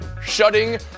shutting